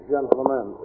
Gentlemen